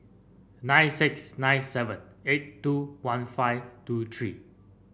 nine six nine seven eight two one five two three